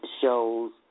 shows